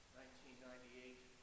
1998